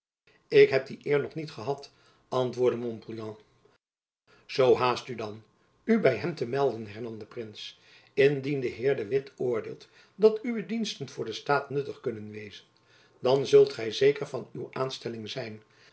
ik heb die eer nog niet gehad antwoordde montpouillan zoo haast u dan u by hem aan te melden hernam de prins indien de heer de witt oordeelt dat uwe diensten voor den staat nuttig kunnen wezen dan kunt gy zeker van uw aanstelling zijn